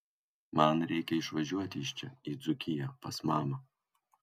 man reikia išvažiuoti iš čia į dzūkiją pas mamą